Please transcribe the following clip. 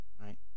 right